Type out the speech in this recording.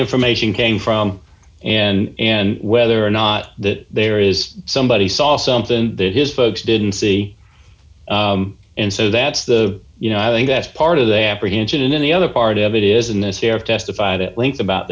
information came from and whether or not that there is somebody saw something that his folks didn't see and so that's the you know i think that's part of the apprehension in the other part of it is in this area testified at length about